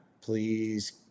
please